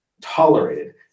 tolerated